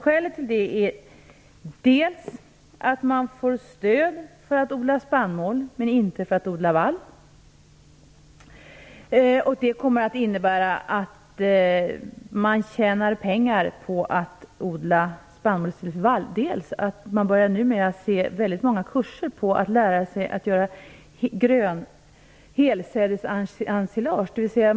Skälet till det är att man får stöd för att odla spannmål, men inte för att odla vall. Det kommer att innebära att man tjänar pengar på spannmålsfri vall. Man börjar numera också se väldigt många kurser som handlar om att lära sig helsädesensilage.